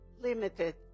limited